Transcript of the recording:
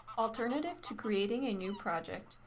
alternative to creating a new project,